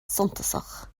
suntasach